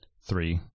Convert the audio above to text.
Three